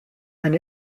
and